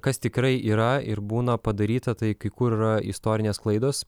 kas tikrai yra ir būna padaryta tai kai kur yra istorinės klaidos